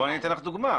אני אתן לך דוגמה.